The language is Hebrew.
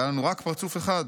והיה לנו רק פרצוף אחד.